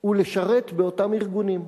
ולשרת באותם ארגונים,